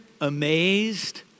amazed